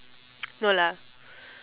no lah